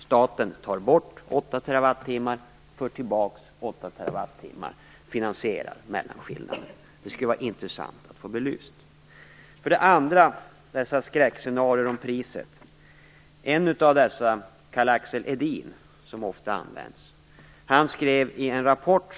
Staten tar bort 8 terawattimmar och för tillbaka 8 terawattimmar och finansierar mellanskillnaden. Detta skulle vara intressant att få belyst. Sedan vill jag ta upp dessa skräckscenarion om priset. Karl-Axel Edin nämns ofta. Han skrev i en rapport - Kärnkraftavveckling - till nytta för vem?